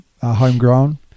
homegrown